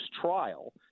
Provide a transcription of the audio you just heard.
trial